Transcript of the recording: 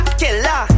killer